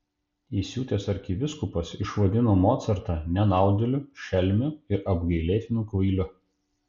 įsiutęs arkivyskupas išvadino mocartą nenaudėliu šelmiu ir apgailėtinu kvailiu